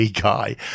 guy